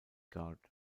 guard